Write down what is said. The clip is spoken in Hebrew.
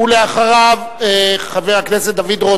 הבא אחריו, חבר הכנסת דני דנון,